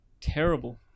Terrible